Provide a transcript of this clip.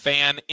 Fan